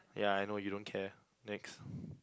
ya I know you don't care next